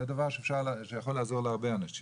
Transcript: זה דבר שיכול לעזור להרבה אנשים.